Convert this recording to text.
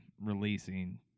releasing